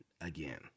again